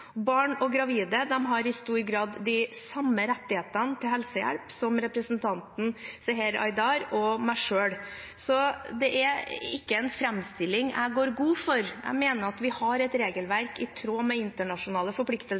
Barn og gravide har i stor grad de samme rettighetene til helsehjelp som representanten Seher Aydar og jeg selv har. Så det er ikke en framstilling jeg går god for. Jeg mener vi har et regelverk i tråd med internasjonale forpliktelser,